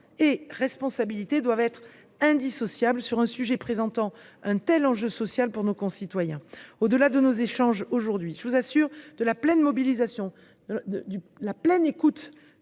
et responsabilités doivent être indissociables sur un sujet constituant un tel enjeu social pour nos concitoyens. Au delà de nos échanges d’aujourd’hui, je vous assure de la pleine mobilisation et de la pleine écoute